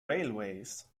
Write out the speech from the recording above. railways